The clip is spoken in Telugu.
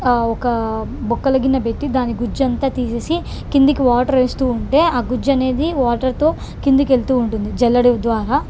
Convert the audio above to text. ఒక బొక్కల గిన్నె పెట్టి దాని గుజ్జంతా తీసి కిందికి వాటర్ వేస్తు ఉంటే ఆ గుజ్జు అనేది వాటర్తో కిందికి వెళుతు ఉంటుంది జల్లెడ ద్వారా